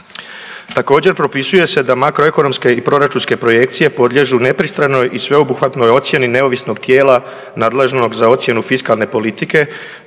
Također propisuje se da makroekonomske i proračunske projekcije podliježu nepristranoj i sveobuhvatnoj ocjeni neovisnog tijela nadležnog za ocjenu fiskalne politike